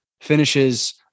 finishes